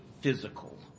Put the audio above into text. physical